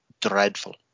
dreadful